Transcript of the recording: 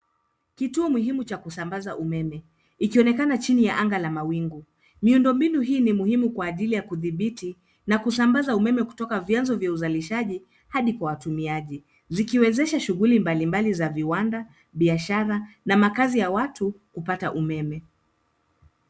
Kituo muhimu cha kusambaza umeme ikionekana chini ya anga la mawingu. Miundombinu hii ni muhimu kwa ajili ya kudhibiti na kusambaza umeme kutoka vyanzo vya uzalishaji hadi kwa watumiaji, zikiwezesha shughuli mbalimbali za viwanda, biashara na makazi ya watu kupata umeme.